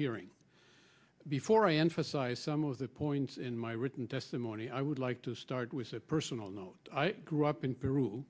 hearing before i and for size some of the points in my written testimony i would like to start with a personal note i grew up in peru